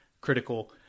critical